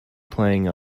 playing